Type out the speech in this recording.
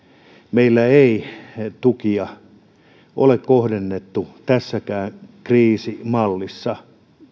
meillä ei tukia ole kohdennettu tässäkään kriisimallissa